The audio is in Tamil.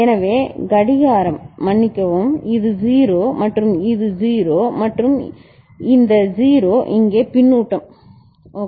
எனவே கடிகாரம் மன்னிக்கவும் இது 0 மற்றும் இது 0 மற்றும் இந்த 0 இங்கே பின்னூட்டம் சரி